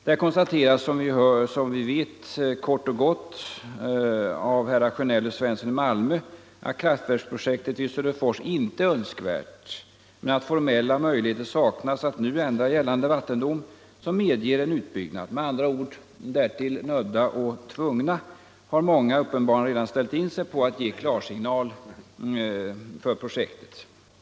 Där konstateras kort och gott av herrar Sjönell och Svensson i Malmö att kraftverksprojektet vid Söderfors inte är önskvärt men att formella möjligheter saknas att nu ändra gällande vattendom, som medger en utbyggnad. Med andra ord: många har — därtill nödda och tvungna — redan ställt in sig på att ge klarsignal för projektet.